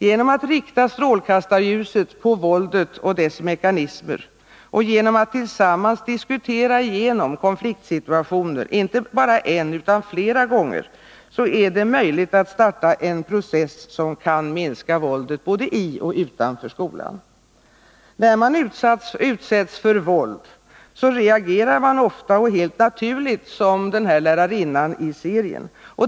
Genom att rikta strålkastarljuset på våldet och dess mekanismer och genom att tillsammans diskutera igenom konfliktsituationer — inte bara en utan flera gånger — är det möjligt att starta en process som kan minska våldet både i och utanför skolan. När man utsätts för våld reagerar man ofta helt naturligt som lärarinnan i den här serien.